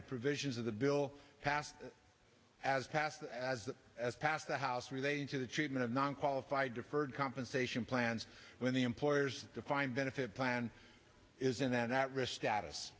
the provisions of the bill passed as passed as as passed the house relating to the treatment of non qualified deferred compensation plans when the employers defined benefit plan is in that wrist at us